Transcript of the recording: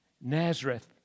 Nazareth